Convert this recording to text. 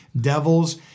devils